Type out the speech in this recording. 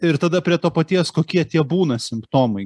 ir tada prie to paties kokie tie būna simptomai